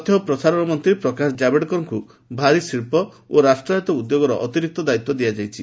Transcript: ତଥ୍ୟ ଓ ପ୍ରସାରଣ ମନ୍ତ୍ରୀ ପ୍ରକାଶ ଜାବଡେକରଙ୍କୁ ଭାରୀଶିଳ୍ପ ଓ ରାଷ୍ଟ୍ରାୟତ୍ତ ଉଦ୍ୟୋଗର ଅତିରିକ୍ତ ଦାୟିତ୍ୱ ଦିଆଯାଇଛି